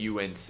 UNC